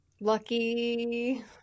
Lucky